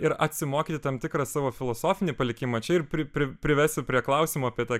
ir atsimokyti tam tikrą savo filosofinį palikimą čia ir pri pri privesiu prie klausimo apie tą